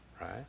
Right